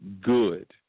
good